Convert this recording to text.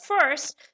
first